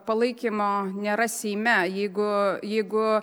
palaikymo nėra seime jeigu jeigu